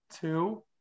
two